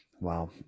Wow